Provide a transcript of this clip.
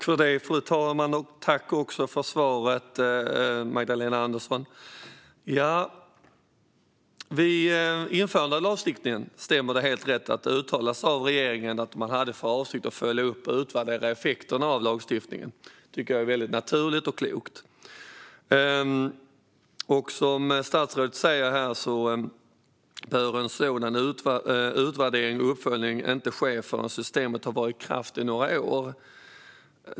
Fru talman! Tack för svaret, Magdalena Andersson! Det stämmer att regeringen vid införandet av lagstiftningen uttalade att man hade för avsikt att följa upp och utvärdera effekterna av den. Det tycker jag är naturligt och klokt. Som statsrådet säger bör en sådan utvärdering och uppföljning inte ske förrän systemet har varit i kraft i några år.